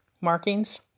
markings